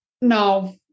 No